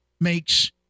makes